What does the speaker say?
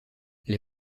les